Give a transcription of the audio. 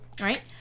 right